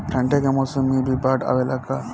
ठंडा के मौसम में भी बाढ़ आवेला का?